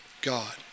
God